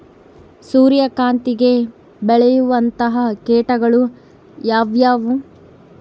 ಸೂರ್ಯಕಾಂತಿಗೆ ಬೇಳುವಂತಹ ಕೇಟಗಳು ಯಾವ್ಯಾವು?